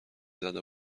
زده